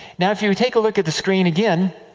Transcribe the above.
now, if you take a look at the screen, again,